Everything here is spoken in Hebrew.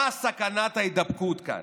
מה סכנת ההידבקות כאן?